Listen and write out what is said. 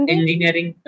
Engineering